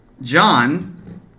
John